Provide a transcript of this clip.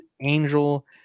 angel